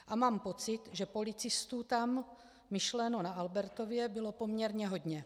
A mám pocit, že policistů tam, myšleno na Albertově, bylo poměrně hodně.